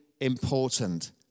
important